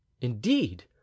indeed